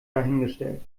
dahingestellt